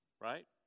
right